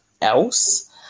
else